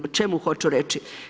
O čemu hoću reći?